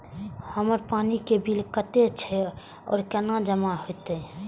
हमर पानी के बिल कतेक छे और केना जमा होते?